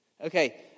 Okay